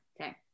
Okay